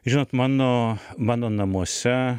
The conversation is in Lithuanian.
žinot mano mano namuose